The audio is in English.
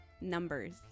numbers